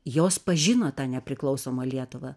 jos pažino tą nepriklausomą lietuvą